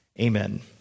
Amen